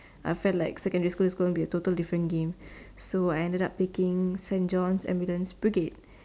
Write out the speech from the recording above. I felt like secondary school is going to be a total different game so I ended up joining Saint-John's-ambulance-brigade